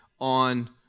on